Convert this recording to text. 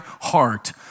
heart